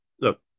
look